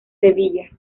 sevilla